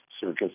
circus